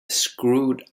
screwed